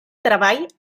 treball